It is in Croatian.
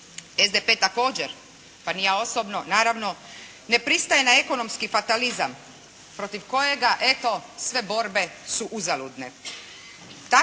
SDP također pa ni ja osobno naravno, ne pristaje na ekonomski fatalizam protiv kojega eto sve borbe su uzaludne.